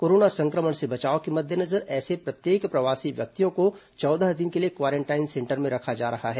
corona संक्रमण से बचाव के मद्देनजर ऐसे प्रत्येक प्रवासी व्यक्तियों को चौदह दिन के लिए क्वारेंटाइन सेंटर में रखा जा रहा है